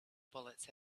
bullets